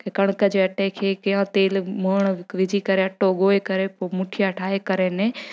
कणक जे अटे खे कीअं तेल मोअण विझी करे अटो ॻोहे करे पो मुठिया ठाहे करे ने